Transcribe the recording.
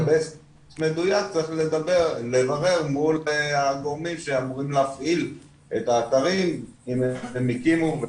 צריך לברר מול הגורמים שאמורים להפעיל את האתרים אם הם הקימו.